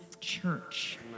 church